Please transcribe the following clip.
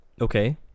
Okay